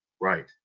Right